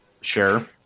Sure